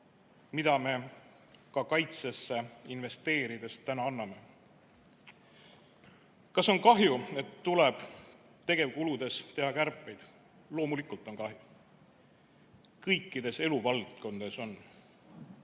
mida me ka kaitsesse investeerides täna anname. Kas on kahju, et tegevkuludes tuleb teha kärpeid? Loomulikult on kahju. Kõikides eluvaldkondades on